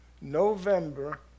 November